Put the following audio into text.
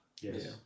Yes